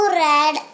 red